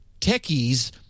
techies